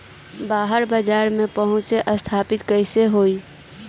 बाहर बाजार में पहुंच स्थापित कैसे होई?